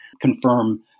confirm